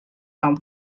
and